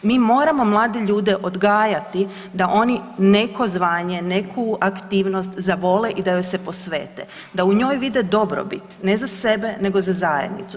Mi moramo mlade ljude odgajati da oni neko zvanje, neku aktivnost zavole i da joj se posvete, da u njoj vide dobrobit ne za sebe nego za zajednicu.